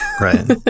Right